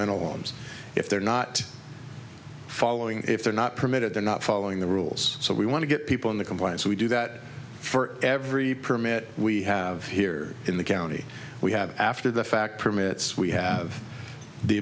mental if they're not following if they're not permitted they're not following the rules so we want to get people in the compliance we do that for every permit we have here in the county we have after the fact permits we have the